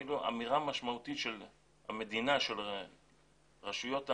כאילו אמירה משמעותית של רשויות המדינה,